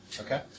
Okay